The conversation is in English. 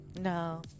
No